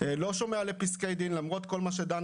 לא שומע לפסקי דין למרות כל מה שדנה